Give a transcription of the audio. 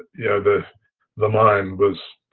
yeah the the mind was,